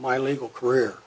my legal career